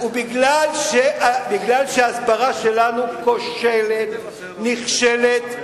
ומכיוון שההסברה שלנו כושלת, נכשלת,